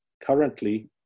currently